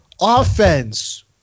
Offense